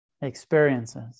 experiences